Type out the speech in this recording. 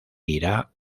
irá